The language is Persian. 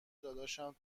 داداشم